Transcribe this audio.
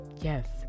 Yes